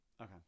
Okay